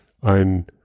ein